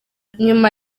nyuma